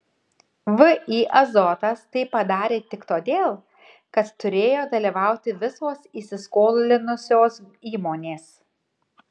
vį azotas tai padarė tik todėl kad turėjo dalyvauti visos įsiskolinusios įmonės